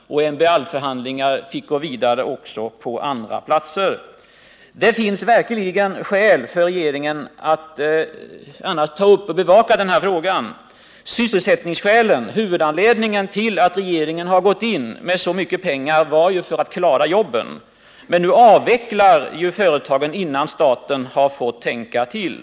MBL-förhandlingar fick gå vidare också på andra platser. Det finns verkligen skäl för regeringen att ta upp och bevaka den här frågan. Jag kan börja med sysselsättningsskälen. Huvudanledningen till att regeringen gick in med så mycket pengar var att man skulle klara jobben. Men nu avvecklar företagen innan staten har fått tänka till.